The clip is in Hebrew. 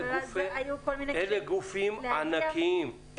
אלה גופים ענקיים.